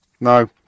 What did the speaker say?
No